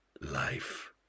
life